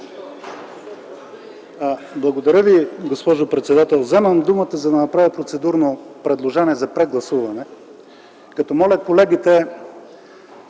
Благодаря Ви, госпожо председател. Вземем думата, за да направя процедурно предложение за прегласуване. Моля колегите